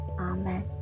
Amen